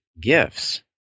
gifts